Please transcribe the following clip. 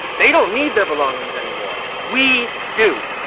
they don't need their belongings anymore. we do!